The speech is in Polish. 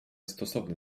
stosowne